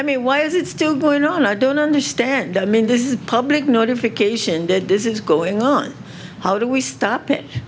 i mean why is it still going on i don't understand i mean this is public notification that this is going on how do we stop it